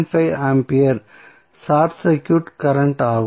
5 ampere short circuit current ஆகும்